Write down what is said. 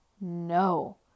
No